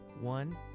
one